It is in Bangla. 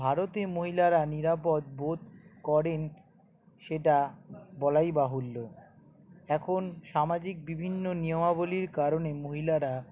ভারতে মহিলারা নিরাপদ বোধ করেন সেটা বলাই বাহুল্য এখন সামাজিক বিভিন্ন নিয়মাবলীর কারণে মহিলারা